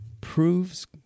proves